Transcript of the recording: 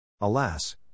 Alas